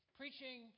preaching